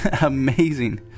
amazing